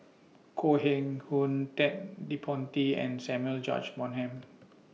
Koh Eng Hoon Ted De Ponti and Samuel George Bonham